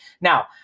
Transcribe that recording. Now